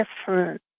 different